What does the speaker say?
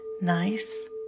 nice